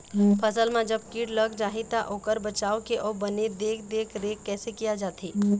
फसल मा जब कीट लग जाही ता ओकर बचाव के अउ बने देख देख रेख कैसे किया जाथे?